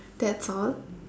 that's all